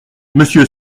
monsieur